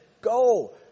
Go